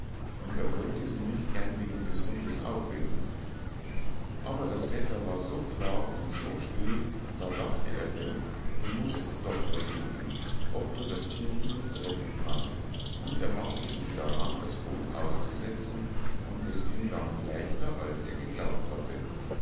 und er wollte sie nicht gern wegen des hundes aufwecken aber das wetter war so klar und so still da dachte er denn du musst es doch versuchen ob du das thierchen nicht retten kannst und er machte sich daran das boot auszusetzen und es ging damit leichter als er geglaubt hatte